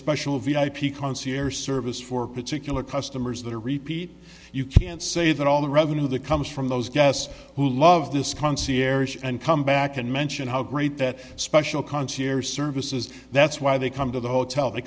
special v i p concierge service for particular customers that are repeat you can say that all the revenue that comes from those guests who love this concierge and come back and mention how great that special concierge services that's why they come to the hotel they